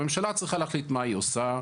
הממשלה צריכה להחליט מה היא עושה.